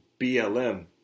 BLM